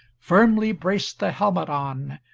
firmly braced the helmet on.